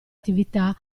attività